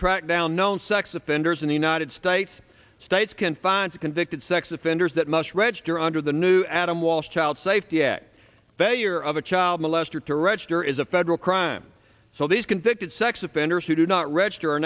track down known sex offenders in the united states states confined to convicted sex offenders that must register under the new adam walsh child safety act they year of a child molester to register is federal crime so these convicted sex offenders who do not register are